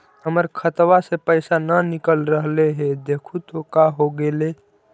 हमर खतवा से पैसा न निकल रहले हे देखु तो का होगेले?